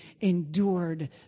endured